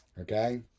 Okay